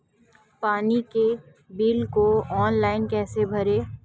पानी के बिल को ऑनलाइन कैसे भरें?